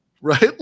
right